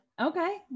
Okay